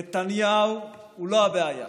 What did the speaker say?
נתניהו הוא לא הבעיה,